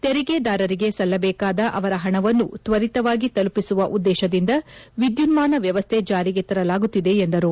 ತೆರಿಗೆದಾರರಿಗೆ ಸಲ್ಲಬೇಕಾದ ಅವರ ಹಣವನ್ನು ತ್ವರಿತವಾಗಿ ತಲುಪಿಸುವ ಉದ್ದೇಶದಿಂದ ವಿದ್ಯುನ್ಮಾನ ವ್ಯವಸ್ಥೆ ಜಾರಿಗೆ ತರಲಾಗುತ್ತಿದೆ ಎಂದರು